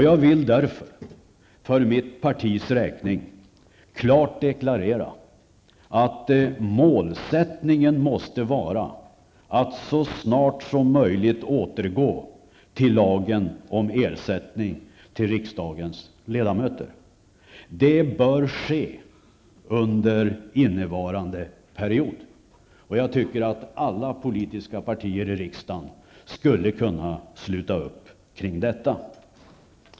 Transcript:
Jag vill därför för mitt partis räkning klart deklarera att målsättningen måste vara att så snart som möjligt återgå till lagen om ersättning till riksdagens ledamöter. Det bör ske under innevarande period. Jag tycker att alla politiska partier i riksdagen borde kunna sluta upp kring detta.